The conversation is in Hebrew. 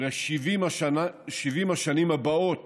ל-70 השנים הבאות